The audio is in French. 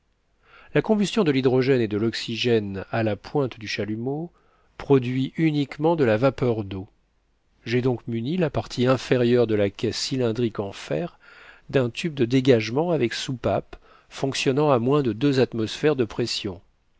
la combustion de l'hydrogène et de l'oxygène à la pointe du chalumeau produit uniquement de la vapeur d'eau j'ai donc muni la partie inférieure de la caisse cylindrique en fer d'un tube de dégagement avec soupape fonctionnant à moins de deux atmosphères de pression